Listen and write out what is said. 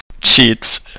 Cheats